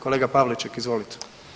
Kolega Pavliček, izvolite.